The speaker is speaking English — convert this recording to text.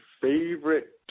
favorite